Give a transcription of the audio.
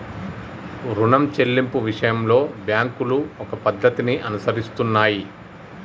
రుణం చెల్లింపు విషయంలో బ్యాంకులు ఒక పద్ధతిని అనుసరిస్తున్నాయి